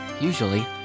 usually